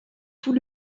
tout